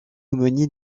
aumônier